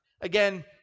Again